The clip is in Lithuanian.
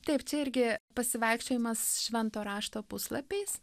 taip čia irgi pasivaikščiojimas švento rašto puslapiais